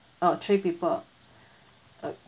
orh three people uh